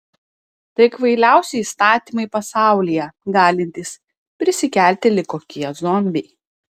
tai kvailiausi įstatymai pasaulyje galintys prisikelti lyg kokie zombiai